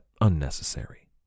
unnecessary